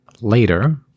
later